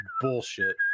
bullshit